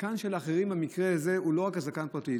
הזקן של אחרים במקרה הזה הוא לא רק הזקן הפרטי.